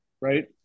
right